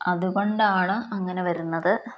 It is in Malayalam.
അതുകൊണ്ടാണ് അങ്ങനെ വരുന്നത്